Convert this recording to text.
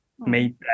made